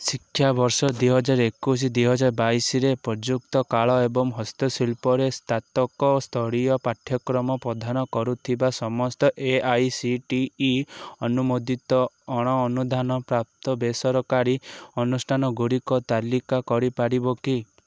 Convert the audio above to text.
ଶିକ୍ଷାବର୍ଷ ଦୁଇହଜାର ଏକୋଇଶ ଦୁଇହଜାର ବାଇଶରେ ପ୍ରଯୁକ୍ତ କଳା ଏବଂ ହସ୍ତଶିଳ୍ପରେ ସ୍ନାତକ ସ୍ତରୀୟ ପାଠ୍ୟକ୍ରମ ପ୍ରଦାନ କରୁଥିବା ସମସ୍ତ A I C T E ଅନୁମୋଦିତ ଅଣଅନୁଦାନ ପ୍ରାପ୍ତ ବେସରକାରୀ ଅନୁଷ୍ଠାନ ଗୁଡ଼ିକର ତାଲିକା କରିପାରିବ କି